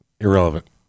Irrelevant